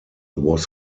was